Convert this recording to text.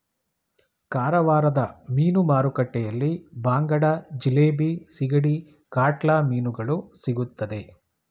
ಕಾರವಾರದ ಮೀನು ಮಾರುಕಟ್ಟೆಯಲ್ಲಿ ಬಾಂಗಡ, ಜಿಲೇಬಿ, ಸಿಗಡಿ, ಕಾಟ್ಲಾ ಮೀನುಗಳು ಸಿಗುತ್ತದೆ